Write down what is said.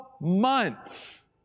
months